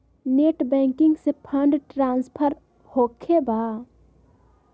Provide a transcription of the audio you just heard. Net banking से fund transfer होखें बा?